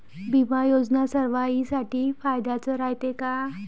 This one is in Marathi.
बिमा योजना सर्वाईसाठी फायद्याचं रायते का?